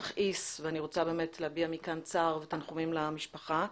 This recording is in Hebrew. מכעיס ואני רוצה באמת להביע מכאן צער ותנחומים למשפחה.